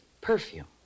Perfume